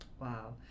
Wow